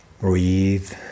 Breathe